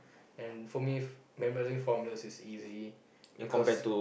and for me f~ memorising formulas is easy because